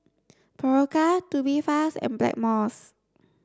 Berocca Tubifast and Blackmores